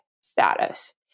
status